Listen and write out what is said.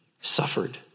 suffered